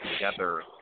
together